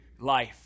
life